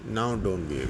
now don't wait